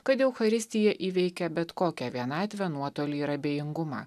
kad eucharistija įveikia bet kokią vienatvę nuotolį ir abejingumą